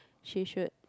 she should